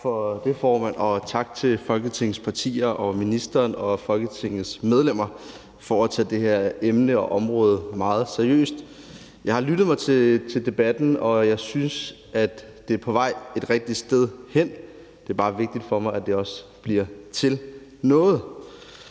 det, formand, og tak til Folketingets partier og ministeren og Folketingets medlemmer for at tage det her emne og område meget seriøst. Jeg har lyttet mig til i debatten, at det er på vej et rigtigt sted hen, men det er også bare vigtigt for mig, at det bliver til noget.